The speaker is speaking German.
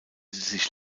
sich